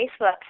Facebook